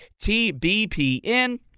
TBPN